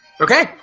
Okay